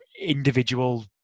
Individual